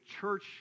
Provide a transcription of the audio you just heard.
church